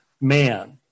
man